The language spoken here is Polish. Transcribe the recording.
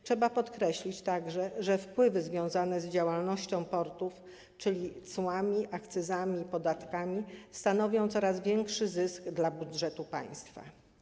Trzeba także podkreślić, że wpływy związane z działalnością portów, z cłami, akcyzami i podatkami, stanowią coraz większy zysk dla budżetu państwa.